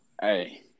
hey